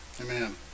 Amen